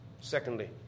Secondly